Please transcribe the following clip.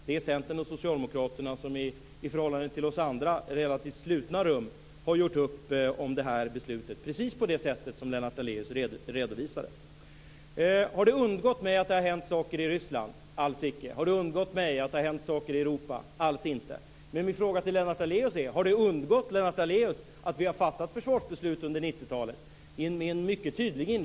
Det är Centern och Socialdemokraterna som i relativt slutna rum har gjort upp om det här beslutet, precis på det sätt som Lennart Lennart Daléus frågar om det har undgått mig att det har hänt saker i Ryssland och Europa. Alls icke. Min fråga till Lennart Daléus är: Har det undgått Lennart Daléus att vi har fattat försvarsbeslut under 90-talet med en mycket tydligt inriktning?